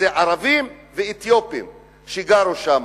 ערבים ואתיופים שגרים שם.